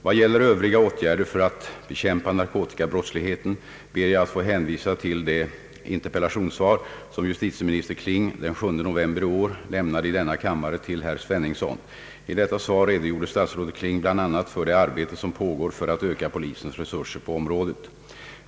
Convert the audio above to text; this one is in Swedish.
Vad gäller övriga åtgärder för att bekämpa narkotikabrottsligheten ber jag att få hänvisa till det interpellationssvar som justitieminister Kling den 7 november i år lämnade i denna kammare till herr Sveningsson. I detta svar redogjorde statsrådet Kling bl.a. för det arbete som pågår för att öka polisens resurser på området.